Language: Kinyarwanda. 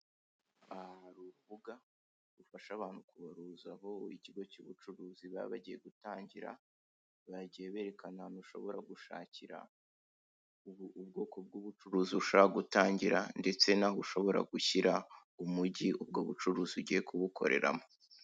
Aha hari urubuga rufasha abantu kubaruzamo ikigo cy'ubucuruzi baba bagiye gutangira bagiye berekana ahantu ushobora gushakira ubwoko bw'ubucuruzi usahaka gutangira ndetse naho ushobora gushira umujyi ubwo bucuruzi ushaka gutangira.